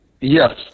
Yes